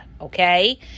okay